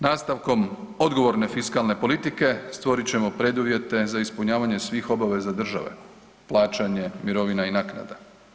Nastavkom odgovorne fiskalne politike stvorit ćemo preduvjete za ispunjavanje svih obaveza države, plaćanje mirovina i naknada.